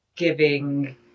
giving